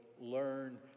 learn